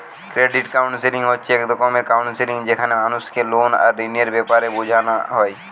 credit counselling হচ্ছে এক রকমের কাউন্সেলিং যেখানে মানুষকে লোন আর ঋণের বেপারে বুঝানা হয়